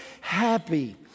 happy